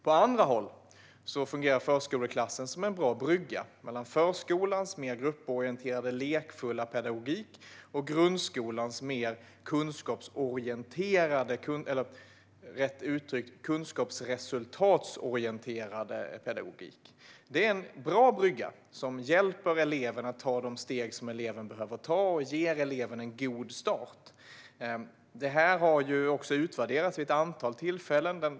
På andra håll fungerar förskoleklassen som en bra brygga mellan förskolans mer grupporienterade lekfulla pedagogik och grundskolans mer kunskapsorienterade eller rättare sagt kunskapsresultatsorienterade pedagogik. Det är en bra brygga som hjälper eleven att ta de steg som eleven behöver ta och ger eleven en god start. Det här har också utvärderats vid ett antal tillfällen.